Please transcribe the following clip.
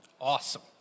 Awesome